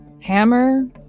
Hammer